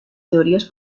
teorías